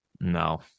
no